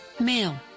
male